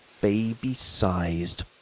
baby-sized